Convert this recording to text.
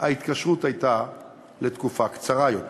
ההתקשרות הייתה לתקופה קצרה יותר.